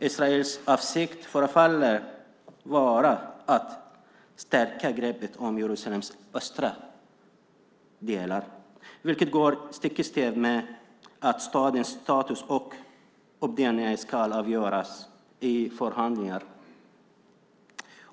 Israels avsikt förefaller vara att stärka greppet om Jerusalems östra delar, vilket går stick i stäv med att stadens status och uppdelning ska avgöras i förhandlingar.